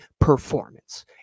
performance